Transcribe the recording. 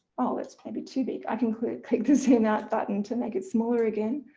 oh it's maybe too big, i can click click the zoom out button to make it smaller again